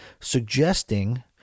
suggesting